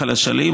בנחל אשלים,